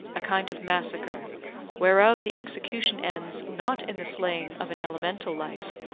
a kind of massacre whereof the execution ends not in the slaying of an elemental life,